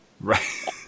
Right